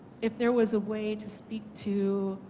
if there was a way to speak to